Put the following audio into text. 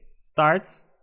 starts